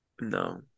no